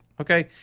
Okay